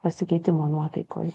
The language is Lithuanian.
pasikeitimo nuotaikoj